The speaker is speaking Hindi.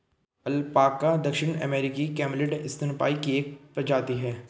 अल्पाका दक्षिण अमेरिकी कैमलिड स्तनपायी की एक प्रजाति है